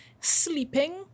Sleeping